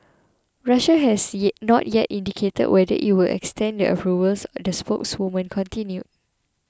Russia has yet not yet indicated whether it will extend the approvals the spokeswoman continued